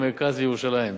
המרכז וירושלים,